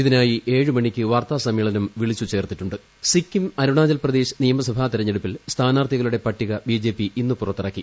ഇതിനായി ഏഴുമണിക്ക് വാർത്താ സമ്മേളനം വിളിച്ചു ചേർത്തിട്ടു സിക്കിം അരുണാചൽ പ്രദേശ് നിയമസഭ തെരഞ്ഞെടുപ്പിൽ സ്ഥാനാർത്ഥികളുടെ പട്ടിക ബിജെപി ഇന്ന് പുറത്തിറക്കി